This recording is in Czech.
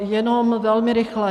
Jenom velmi rychle.